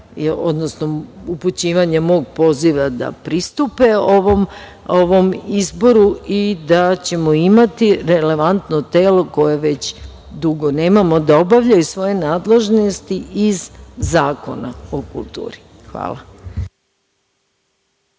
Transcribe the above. odnosno upućivanja mog poziva da pristupe ovom izboru i da ćemo imati relevantno telo koje već dugo nemamo, da obavljaju svoje nadležnosti iz zakona o kulturi. Hvala.